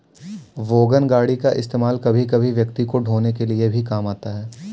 wagon गाड़ी का इस्तेमाल कभी कभी व्यक्ति को ढ़ोने के लिए भी काम आता है